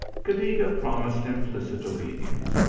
cadiga promised implicit obedience.